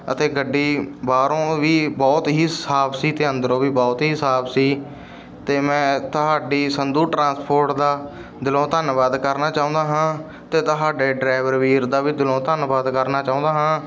ਅਤੇ ਗੱਡੀ ਬਾਹਰੋਂ ਵੀ ਬਹੁਤ ਹੀ ਸਾਫ਼ ਸੀ ਅਤੇ ਅੰਦਰੋਂ ਵੀ ਬਹੁਤ ਹੀ ਸਾਫ਼ ਸੀ ਅਤੇ ਮੈਂ ਤੁਹਾਡੀ ਸੰਧੂ ਟਾਂਸਪੋਰਟ ਦਾ ਦਿਲੋਂ ਧੰਨਵਾਦ ਕਰਨਾ ਚਾਹੁੰਦਾ ਹਾਂ ਅਤੇ ਤੁਹਾਡੇ ਡਰਾਇਵਰ ਵੀਰ ਦਾ ਵੀ ਦਿਲੋਂ ਧੰਨਵਾਦ ਕਰਨਾ ਚਾਹੁੰਦਾ ਹਾਂ